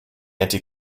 anti